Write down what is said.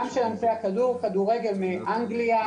כדורגל מאנגליה,